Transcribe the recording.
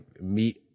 meet